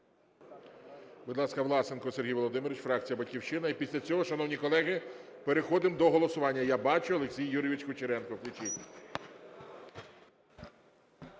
Будь ласка, Власенко Сергій Володимирович, фракція "Батьківщина". І після цього, шановні колеги, переходимо до голосування. Я бачу. Олексій Юрійович Кучеренко.